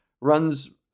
runs